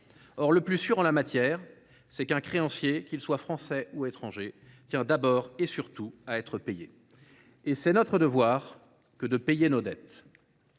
le plus sûr, en la matière, c’est qu’un créancier, qu’il soit français ou étranger, tient d’abord et surtout à être payé. Or c’est notre devoir que de payer nos dettes.